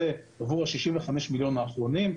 עבור ה-65 מיליון בדיקות האחרונות,